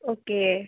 okay